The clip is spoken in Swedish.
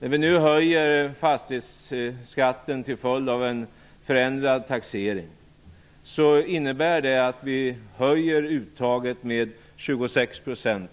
När vi nu höjer fastighetsskatten till följd av en förändrad taxering innebär det att vi, i snitt för hela landet, höjer uttaget med 26 %.